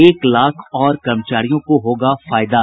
एक लाख और कर्मचारियों को होगा फायदा